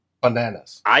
bananas